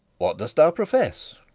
what dost thou profess?